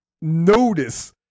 notice